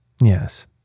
Yes